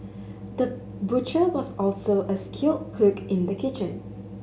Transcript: the butcher was also a skilled cook in the kitchen